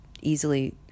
easily